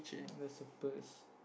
there's a purse